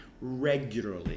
regularly